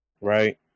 Right